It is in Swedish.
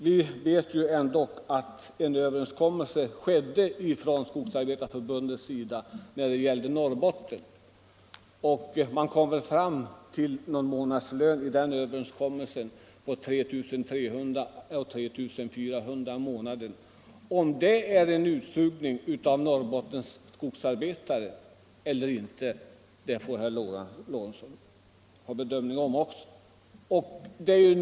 Vi vet ju ändå att Skogsarbetareförbundet träffade en överenskommelse med arbetsgivarparten när det gällde Norrbotten, och man kom fram till en månadslön på 3 300 eller 3 400 kr. i månaden. Om det är en utsugning av Norrbottens skogsarbetare eller inte får herr Lorentzon själv bedöma.